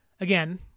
again